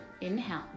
inhale